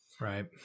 Right